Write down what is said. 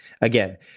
Again